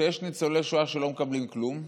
שיש ניצולי שואה שלא מקבלים כלום,